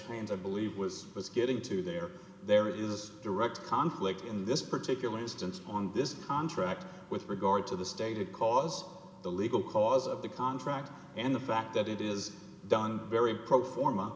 screens i believe was was getting to there there is direct conflict in this particular instance on this contract with regard to the stated cause the legal cause of the contract and the fact that it is done very pro forma